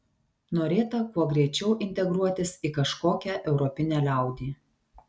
norėta kuo greičiau integruotis į kažkokią europinę liaudį